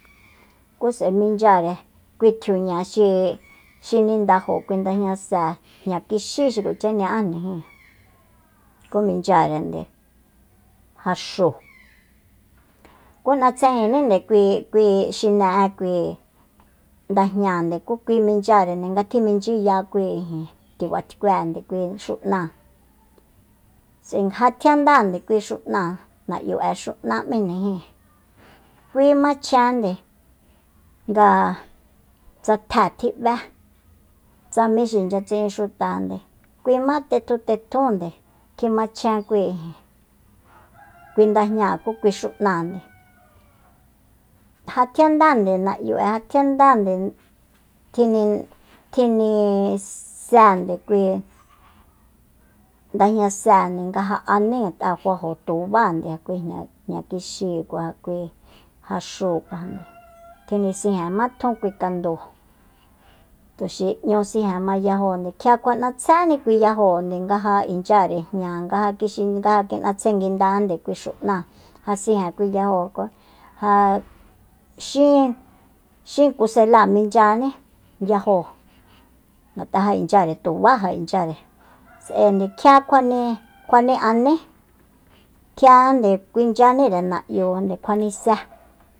Ku s'sae minchyare kui tjiuña xi- xi nindajo ndajña sée jña kixí xi kuacha ña'ajni jíin ku minchyarende jaxúu ku n'atsejínnínde kui- kui xine'e kui ndajñande ku kui minchyarende nga tjiminchyiya kui ijin tibat'kuée kui xu'náa s'ae ja tjiandánde kui xu´náa na'yu'e xu'ná m'íjnijíi kui machjende nga tsa tje tji b'é tsa mí xi inchyainchya tsi'in xutande kuima tetjún tetjúnde kjimachjen kui ijin kui ndajñáa ku kui xu'náa ja tjina ndande na'yu'e ja tjian ndande tjini- tjini sénde kui ndajña séende nga ja aní ngat'a fajo tubánde ja kui jña kixíi kua ja kuí jaxúukuajande tjinisijenmá tjun kui kandúu tuxi n'ñu sijen ma yaóonde kjia kjua'natsjéni kui yajóonde nga ja inchyare jña nga kixinchya nga ki'natsje nguindande kui xu'na ja sijen kui yajo ja xín- xín kusela minchyani yajóo ngat'a ja inchyare tubá ja inchyare s'aende kjiakuani kjuani'aní kjia nde kuinchyaníre na'yu kjuanisé